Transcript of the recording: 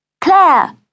Claire